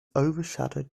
overshadowed